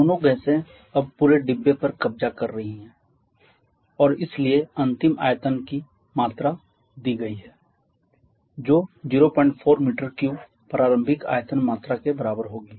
दोनों गैसें gases अब पूरे डिब्बे पर कब्जा कर रही हैं और इसलिए अंतिम आयतन की मात्रा दी गई है जो 04 m3 प्रारंभिक आयतन मात्रा के बराबर होगी